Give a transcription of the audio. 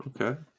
Okay